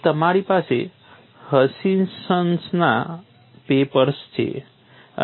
તો તમારી પાસે હચિન્સનના પેપર્સ છે